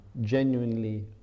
genuinely